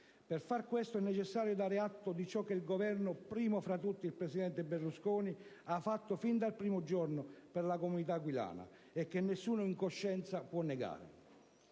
Per far questo è necessario dare atto di ciò che il Governo, primo tra tutti il presidente Berlusconi, ha fatto fin dal primo giorno per la comunità aquilana, e che nessuno, in coscienza, può negare.